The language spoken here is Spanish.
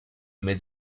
mes